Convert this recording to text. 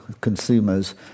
consumers